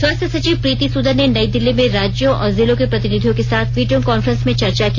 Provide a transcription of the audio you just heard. स्वास्थ्य सचिव प्रीति सुदन ने नई दिल्ली में राज्यों और जिलों के प्रतिनिधियों के साथ वीडियो कांफ्रेंस में चर्चा की